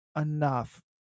enough